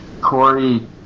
Corey